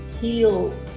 heal